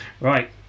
Right